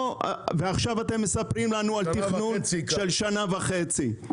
ועכשיו אתם מספרים לנו על תכנון של שנה וחצי.